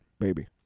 baby